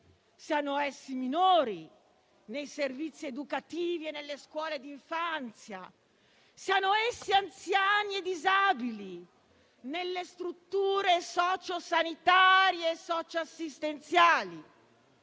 siano essi minori nei servizi educativi e nelle scuole d'infanzia, siano essi anziani e disabili nelle strutture socio-sanitarie e socio-assistenziali,